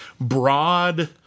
broad